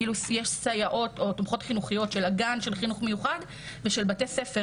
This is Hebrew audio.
כאילו יש סייעות או תומכות של חינוך מיוחד ושל בתי ספר.